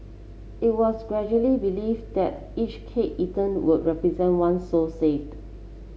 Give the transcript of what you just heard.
it was gradually believed that each cake eaten would represent one soul saved